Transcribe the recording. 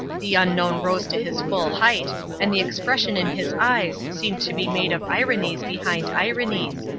the unknown rose to his full height, and the expression in his eyes seemed to be made of ironies behind ironies,